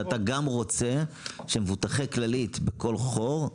שאתה גם רוצה שמבוטחי כללית בכול חור,